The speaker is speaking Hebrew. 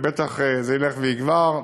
ובטח זה ילך ויגבר.